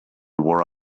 wore